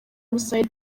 musabe